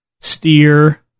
steer